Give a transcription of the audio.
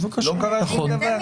לא קרה שום דבר.